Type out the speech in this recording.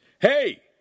Hey